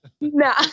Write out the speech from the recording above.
no